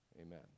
Amen